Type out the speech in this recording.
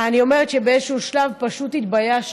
אני אומרת שבאיזשהו שלב פשוט התביישתי,